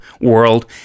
world